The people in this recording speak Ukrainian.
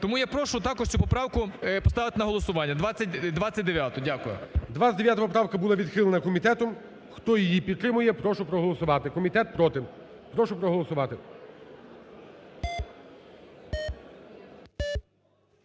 Тому я прошу також цю поправку поставити на голосування 29-у. Дякую. ГОЛОВУЮЧИЙ. 29 поправка була відхилена комітетом, хто її підтримує, прошу проголосувати, комітет - проти. Прошу проголосувати.